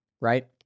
right